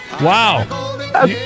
Wow